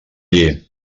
lli